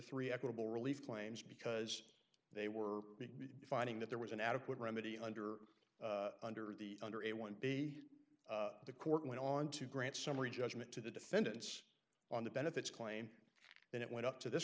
three equitable relief claims because they were finding that there was an adequate remedy under under the under a one b the court went on to grant summary judgment to the defendants on the benefits claim and it went up to this